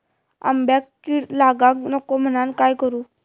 आंब्यक कीड लागाक नको म्हनान काय करू?